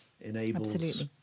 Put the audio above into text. enables